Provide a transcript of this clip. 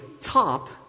top